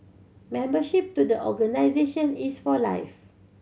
membership to the organisation is for life